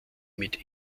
mit